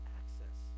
access